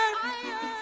higher